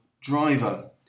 driver